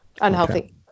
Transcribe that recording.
Unhealthy